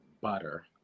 butter